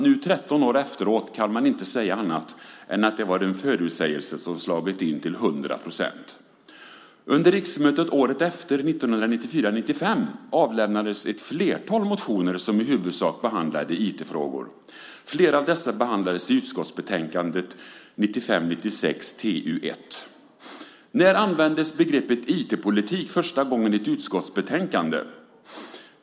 Nu 13 år senare kan man inte säga annat än att det var en förutsägelse som slagit in till hundra procent! Under riksmötet året efter, 1994 96:TU1. När användes begreppet IT-politik första gången i ett utskottsbetänkande?